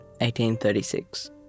1836